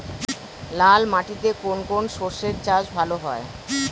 লাল মাটিতে কোন কোন শস্যের চাষ ভালো হয়?